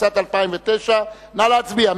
התשס"ט 2009. נא להצביע.